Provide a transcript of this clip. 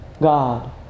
God